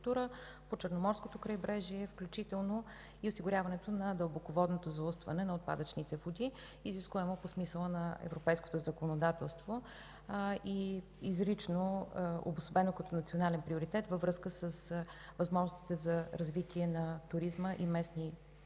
по Черноморското крайбрежие, включително и осигуряването на дълбоководното заустване на отпадъчните води, изискуемо по смисъла на европейското законодателство и изрично обособено като национален приоритет във връзка с възможностите за развитие на туризма и местни дейности